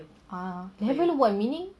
ah level one meaning